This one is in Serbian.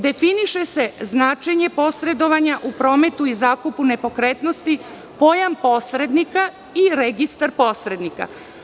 Definiše se značenje posredovanja u prometu i zakupu nepokretnosti, pojam posrednika i registar posrednika.